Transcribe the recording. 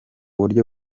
buryo